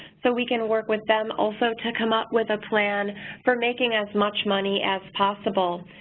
so we can work with them also to come up with a plan for making as much money as possible.